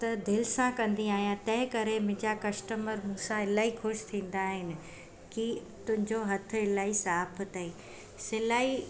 त दिलि सां कंदी आहियां तंहिं करे मुंहिंजा कश्टमर मूसां इलाही ख़ुशि थींदा आहिनि की तुंहिंजो हथ इलाही साफ़ अथई सिलाई